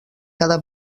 cada